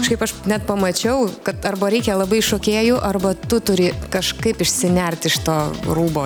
kažkaip aš net pamačiau kad arba reikia labai šokėjų arba tu turi kažkaip išsinert iš to rūbo